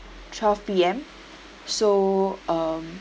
twelve P_M so um